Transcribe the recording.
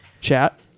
chat